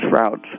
routes